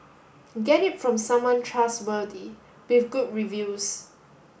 get it from someone trustworthy with good reviews